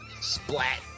Splat